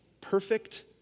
perfect